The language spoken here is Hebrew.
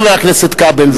חבר הכנסת כבל,